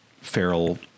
feral